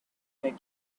bet